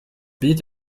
bild